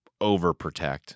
overprotect